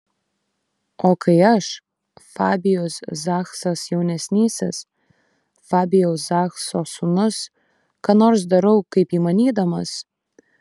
o kai aš fabijus zachsas jaunesnysis fabijaus zachso sūnus ką nors darau kaip įmanydamas